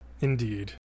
Indeed